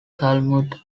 talmud